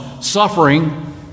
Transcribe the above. suffering